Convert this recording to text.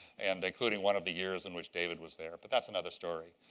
and including one of the years in which david was there. but that's another story.